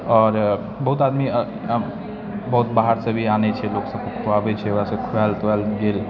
आओर बहुत आदमी बहुत बाहरसँ भी आनै छै लोकसब खुआबै छै ओकरा सबके खुआएल तुआएल गेल